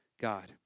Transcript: God